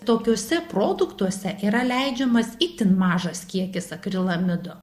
tokiuose produktuose yra leidžiamas itin mažas kiekis akrilamido